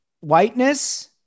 whiteness